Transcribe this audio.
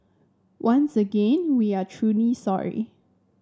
once again we are truly sorry